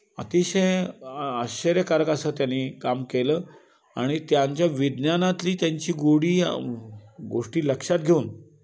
अतिशय आश्चर्यकारक असं त्यानी काम केलं आणि त्यांच्या विज्ञानातली त्यांची गोडी गोष्टी लक्षात घेऊन